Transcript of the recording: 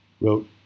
wrote